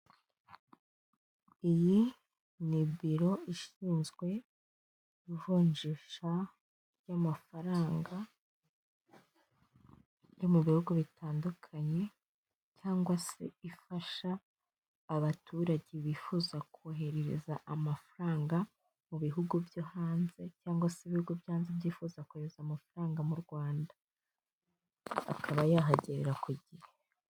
Iyi ni biro ishinzwe ivunjisha ry'amafaranga yo mu bihugu bitandukanye cyangwa se ifasha abaturage bifuza koheza amafaranga mu bihugu byo hanze cyangwa se ibigo byo byo hanze byifuza kohereza amafaranga mu Rwanda akaba yahagerera ku gihe.